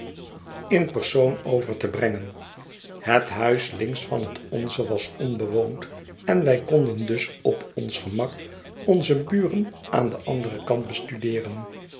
in persoon over te brengen het huis links van het onze was onbewoond en wij konden dus op ons gemak onze buren aan den anderen kant bestudeeren